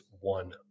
one